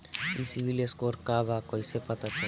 ई सिविल स्कोर का बा कइसे पता चली?